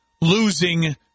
losing